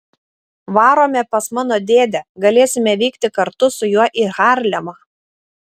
varome pas mano dėdę galėsime vykti kartu su juo į harlemą